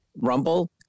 rumble